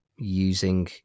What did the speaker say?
Using